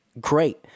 great